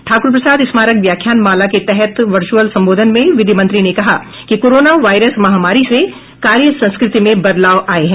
ठाकुर प्रसाद स्मारक व्याख्यान माला के तहत वर्चुअल संबोधन में विधि मंत्री ने कहा कि कोरोना वायरस महामारी से कार्य संस्कृति में बदलाव आए हैं